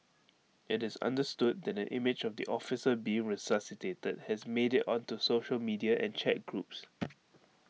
IT is understood that an image of the officer being resuscitated has made IT onto social media and chat groups